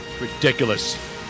Ridiculous